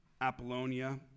Apollonia